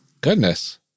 Goodness